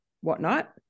whatnot